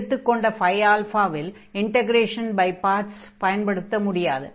எடுத்துக் கொண்ட இல் இன்டக்ரேஷன் பை பார்ட்ஸை பயன்படுத்த முடியாது